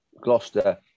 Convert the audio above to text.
Gloucester